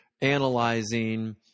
analyzing